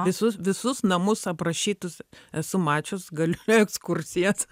visus visus namus aprašytus esu mačius galiu į ekskursijas